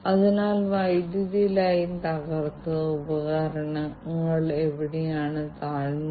അതിനാൽ ഇത്തരത്തിലുള്ള ആക്രമണങ്ങൾ സാധ്യമാണ്